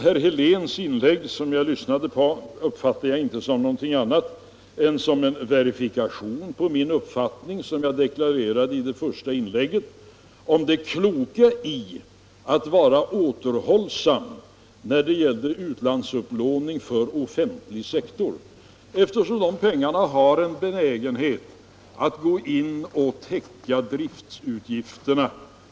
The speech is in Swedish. Herr Heléns inlägg uppfattade jag inte som någonting annat än en verifikation av den uppfattning som jag deklarerade i mitt första anförande, nämligen att det är klokt att vara återhållsam när det gäller utlandsupplåningen för den offentliga sektorn, eftersom de pengarna har en benägenhet att gå in och täcka driftutgifterna.